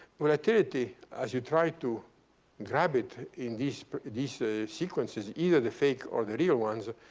volatility, as you try to grab it in these these ah sequences, either the fake or the real ones,